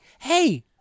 hey